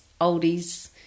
oldies